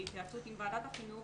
בהתייעצות עם ועדת החינוך,